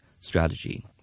strategy